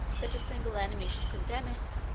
that a single enemy should condemn it,